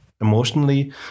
emotionally